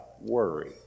Worry